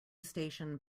station